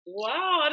wow